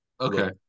Okay